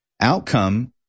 outcome